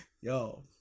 Yo